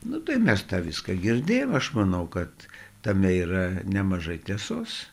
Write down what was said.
nu tai mes tą viską girdėjom aš manau kad tame yra nemažai tiesos